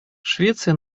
швеция